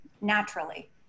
naturally